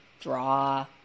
draw